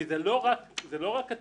כי זה לא רק התלמידים